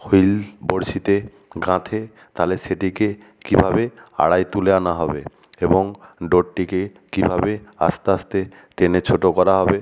wheel বড়শিতে গাঁথে তালে সেটিকে কীভাবে আড়ায় তুলে আনা হবে এবং ডোরটিকে কীভাবে আস্তে আস্তে টেনে ছোটো করা হবে